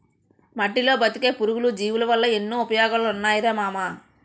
మట్టిలో బతికే పురుగులు, జీవులవల్ల ఎన్నో ఉపయోగాలున్నాయిరా మామా